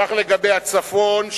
כך לגבי הצפון,